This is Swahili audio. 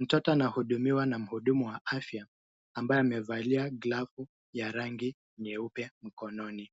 Mtoto anahudumiwa na mhudumu wa afya ambaye amevalia glavu ya rangi nyeupe mkononi.